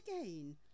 again